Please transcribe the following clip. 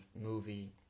movie